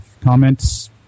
Comments